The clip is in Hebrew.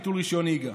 ביטול רישיון נהיגה.